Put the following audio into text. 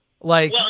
Like-